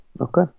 okay